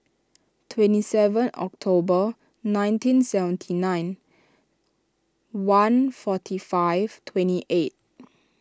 twenty seven October nineteen seventy nine one forty five twenty eight